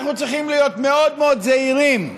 אנחנו צריכים להיות מאוד מאוד זהירים,